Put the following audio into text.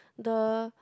the